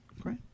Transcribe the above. Great